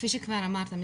כפי שכבר אמרת,